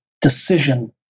decision